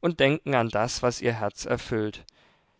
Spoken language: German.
und denken an das was ihr herz erfüllt